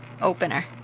opener